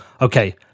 Okay